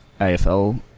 AFL